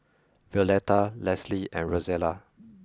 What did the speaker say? Violetta Leslie and Rosella